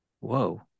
whoa